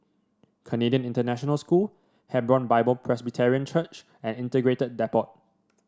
Canadian International School Hebron Bible Presbyterian Church and Integrated Depot